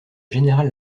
général